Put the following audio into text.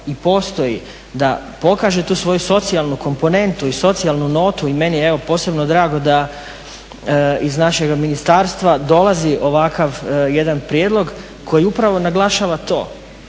i postoji, da pokaže tu svoju socijalnu komponentu, i socijalnu notu. I meni je evo posebno drago da iz našega ministarstva dolazi ovakav jedan prijedlog koji upravo naglašava to